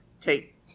Take